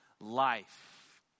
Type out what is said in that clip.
Life